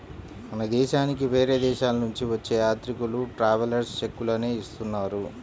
మన దేశానికి వేరే దేశాలనుంచి వచ్చే యాత్రికులు ట్రావెలర్స్ చెక్కులనే ఇస్తున్నారు